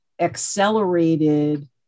accelerated